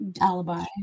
alibi